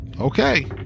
okay